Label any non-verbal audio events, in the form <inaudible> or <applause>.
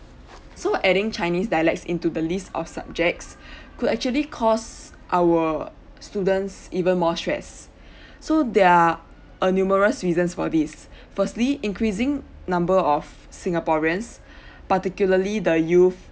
so adding chinese dialects into the list of subjects <breath> could actually cause our students even more stressed <breath> so there are a numerous reasons for this <breath> firstly increasing number of singaporeans <breath> particularly the youth